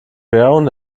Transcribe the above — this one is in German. querung